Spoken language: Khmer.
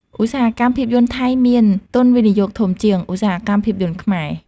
ឧស្សាហកម្មភាពយន្តថៃមាន ទុនវិនិយោគធំជាង ឧស្សាហកម្មភាពយន្តខ្មែរ។